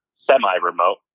Semi-remote